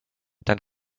dann